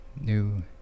new